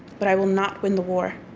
but i will not win the war.